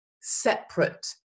separate